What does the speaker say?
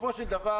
בסופו של דבר,